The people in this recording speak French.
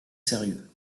sérieux